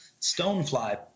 Stonefly